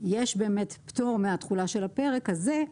יש באמת פטור מהתחולה של הפרק הזה,